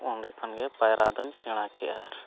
ᱚᱸᱰᱮ ᱠᱷᱚᱱ ᱜᱮ ᱯᱟᱭᱨᱟ ᱫᱚᱧ ᱥᱮᱬᱟ ᱠᱮᱜᱼᱟ ᱟᱨ